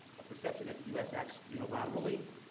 a perception that the u s. acts unilaterally.